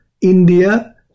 India